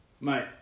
Mate